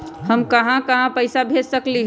हम कहां कहां पैसा भेज सकली ह?